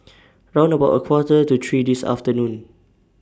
round about A Quarter to three This afternoon